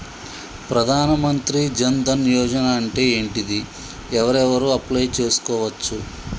ప్రధాన మంత్రి జన్ ధన్ యోజన అంటే ఏంటిది? ఎవరెవరు అప్లయ్ చేస్కోవచ్చు?